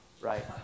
right